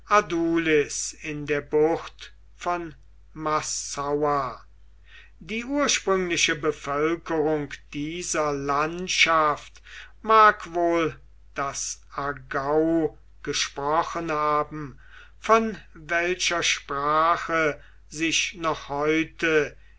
in der bucht von massaua die ursprüngliche bevölkerung dieser landschaft mag wohl das agau gesprochen haben von welcher sprache sich noch heute